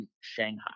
Shanghai